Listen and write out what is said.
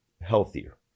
healthier